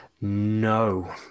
No